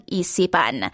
isipan